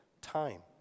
time